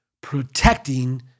protecting